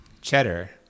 Cheddar